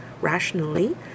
rationally